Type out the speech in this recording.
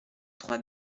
trois